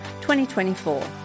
2024